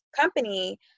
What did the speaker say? company